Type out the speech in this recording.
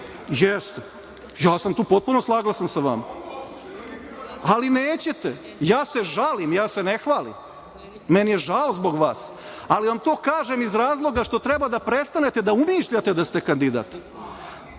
ja sam tu potpuno saglasan sa vama, ali nećete. Ja se žalim, ja se ne hvalim. Meni je žao zbog vas, ali vam to kažem iz razloga što treba da prestanete da umišljate da ste kandidat. Tako